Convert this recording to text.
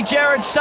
Jared